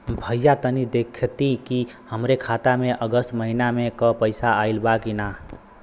भईया तनि देखती की हमरे खाता मे अगस्त महीना में क पैसा आईल बा की ना?